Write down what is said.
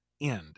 end